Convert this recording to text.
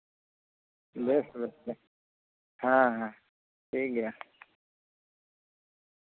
ᱵᱮᱹᱥ ᱵᱮᱹᱥ ᱵᱮᱹᱥ ᱦᱮᱸ ᱦᱮᱸ ᱴᱷᱤᱠ ᱜᱮᱭᱟ